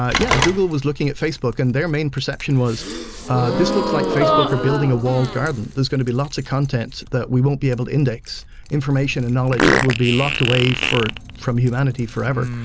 ah yeah, google was looking at facebook, and their main perception was this looks like facebook are building a walled garden. there's going to be lots of contents that we won't be able to index information and knowledge that will be locked away from humanity forever.